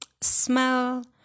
Smell